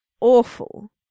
awful